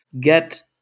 get